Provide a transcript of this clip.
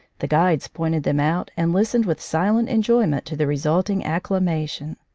the guides pointed them out and listened with silent enjoyment to the resulting acclamation.